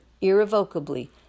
irrevocably